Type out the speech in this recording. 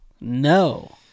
no